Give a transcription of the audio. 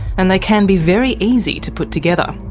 and they can be very easy to put together.